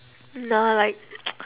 nah like